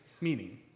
meaning